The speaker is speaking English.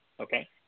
Okay